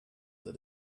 that